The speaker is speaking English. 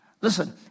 Listen